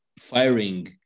firing